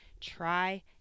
try